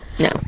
No